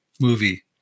movie